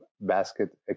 basket